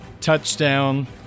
touchdown